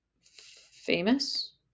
Famous